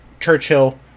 Churchill